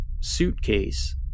suitcase